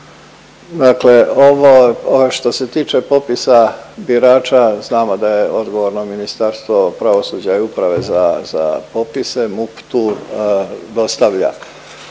Dakle, ovo što se tiče popisa birača znamo da je odgovorno Ministarstvo pravosuđa i uprave za popise, MUP tu dostavlja